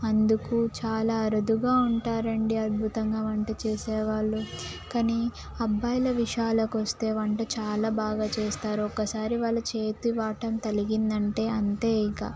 అందుకు చాలా అరుదుగా ఉంటారు అండి అద్భుతంగా వంట చేసేవాళ్ళు కానీ అబ్బాయిల విషయాలకి వస్తే వంట చాలా బాగా చేస్తారు ఒక్కసారి వాళ్ళ చేతి వాటం తలిగింది అంటే అంతే ఇక